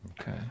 Okay